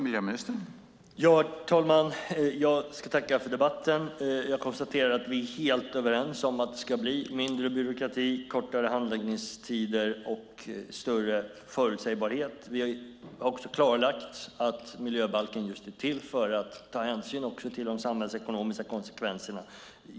Herr talman! Jag tackar för debatten. Jag konstaterar att vi är helt överens om att det ska bli mindre byråkrati, kortare handläggningstider och större förutsägbarhet. Vi har också klarlagt att miljöbalken är till just för att man ska ta hänsyn också till de samhällsekonomiska konsekvenserna.